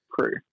crew